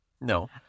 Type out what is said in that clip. No